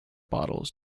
bottles